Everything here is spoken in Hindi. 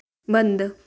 बंद